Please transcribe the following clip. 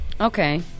Okay